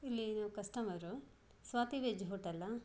ಇಲ್ಲೀ ನಾವು customer Swathi veg ಹೋಟೆಲ್ಲ